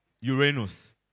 Uranus